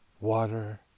water